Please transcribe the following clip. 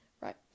right